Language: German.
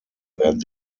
werden